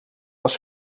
was